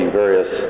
various